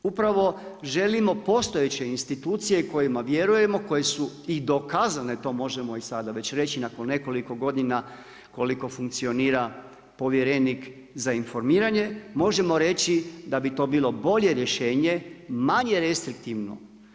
Upravo želimo postojeće institucije kojima vjerujemo koje su i dokazane, to možemo i sada već reći nakon nekoliko godina koliko funkcionira povjerenik za informiranje, možemo reći da bi to bilo bolje rješenje, manje restriktivno.